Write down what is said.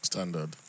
Standard